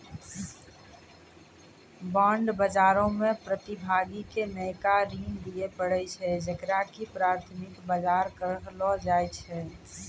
bond बजारो मे प्रतिभागी के नयका ऋण दिये पड़ै छै जेकरा की प्राथमिक बजार कहलो जाय छै